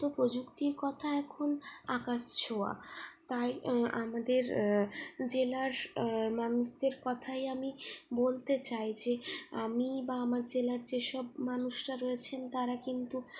তো প্রযুক্তির কথা এখন আকাশ ছোঁয়া তাই আমাদের জেলার মানুষদের কথাই আমি বলতে চাই যে আমি বা আমার জেলার যেসব মানুষরা রয়েছেন তারা কিন্তু